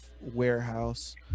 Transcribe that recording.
warehouse